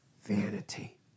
Vanity